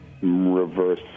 reverse